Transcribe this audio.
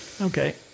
Okay